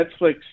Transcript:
Netflix